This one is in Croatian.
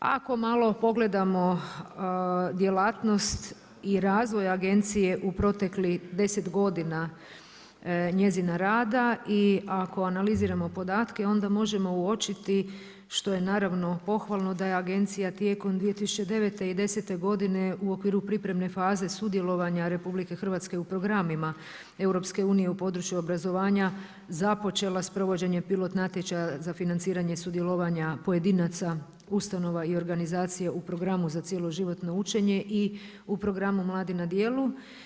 Ako malo pogledamo djelatnost i razvoj agencije u proteklih 10 godina njezina rada i ako analiziramo podatke onda možemo uočiti što je naravno pohvalno da je agencija tijekom 2009. i 2010. u okviru pripremne faze sudjelovanja RH u programima EU u području obrazovanja započela s provođenjem pilot natječaja za financiranje sudjelovanja pojedinaca, ustanova i organizacija u programu za cjeloživotno učenje i u programu mladi na djelu.